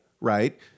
right